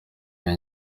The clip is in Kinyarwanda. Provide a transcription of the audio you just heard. iyo